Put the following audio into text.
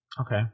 okay